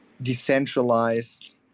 decentralized